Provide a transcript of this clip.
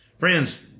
Friends